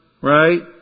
right